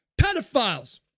Pedophiles